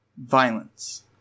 Violence